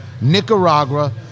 Nicaragua